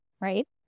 right